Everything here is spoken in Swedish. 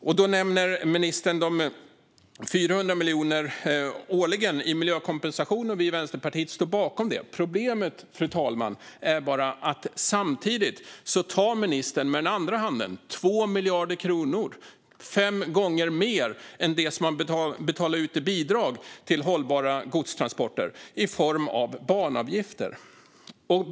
Ministern nämner den årliga miljökompensationen på 400 miljoner. Vi i Vänsterpartiet står bakom den. Problemet är bara, fru talman, att ministern samtidigt tar 2 miljarder kronor med den andra handen. Det är fem gånger mer än det han betalar ut i bidrag till hållbara godstransporter. Det sker i form av banavgifter.